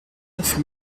neuf